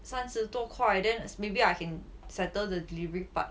三十多块 then maybe I can settle the delivery part